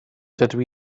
dydw